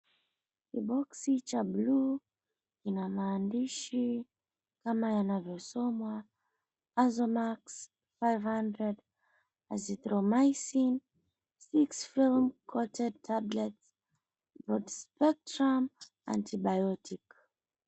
Kibox cha buluu kina maandishi kama yanavyosomwa AZOMAX 500, Azithromycin, 6 film coated tablet, broad spectrum antibiotic .